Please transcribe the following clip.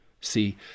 See